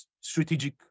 strategic